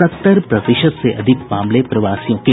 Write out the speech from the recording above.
सत्तर प्रतिशत से अधिक मामले प्रवासियों के